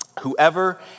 whoever